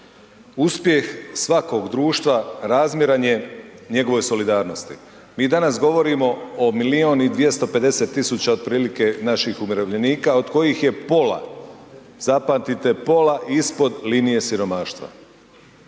Uspjeh svakog društva razmjeran je njegovoj solidarnosti. Mi danas govorimo o milion i 250 tisuća otprilike naših umirovljenika od kojih je pola, zapamtite pola ispod linije siromaštva.